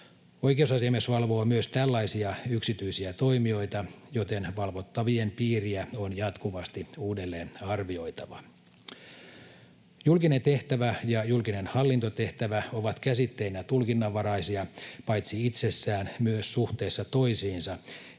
Oikeusasiamies valvoo myös tällaisia yksityisiä toimijoita, joten valvottavien piiriä on jatkuvasti uudelleenarvioitava. Julkinen tehtävä ja julkinen hallintotehtävä ovat käsitteinä tulkinnanvaraisia paitsi itsessään myös suhteessa toisiinsa,